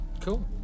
Cool